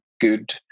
good